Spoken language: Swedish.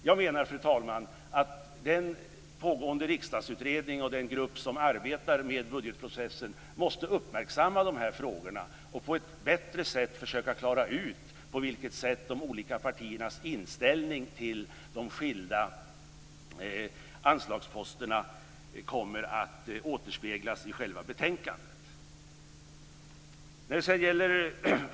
Jag menar, fru talman, att den pågående riksdagsutredningen och den grupp som arbetar med budgetprocessen måste uppmärksamma de här frågorna och på ett bättre sätt försöka klara ut på vilket sätt de olika partiernas inställning till de skilda anslagsposterna kommer att återspeglas i själva betänkandet.